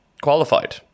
qualified